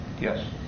Yes